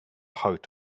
heart